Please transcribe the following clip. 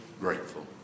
grateful